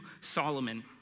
Solomon